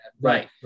right